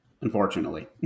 Unfortunately